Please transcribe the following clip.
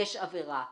יש עבירה,